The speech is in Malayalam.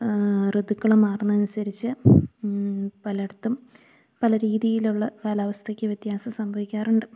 ഋതുക്കളും മാറുന്നതിനനുസരിച്ച് പലടത്തും പല രീതിയിലുള്ള കാലാവസ്ഥയ്ക്കു വ്യത്യാസം സംഭവിക്കാറുണ്ട്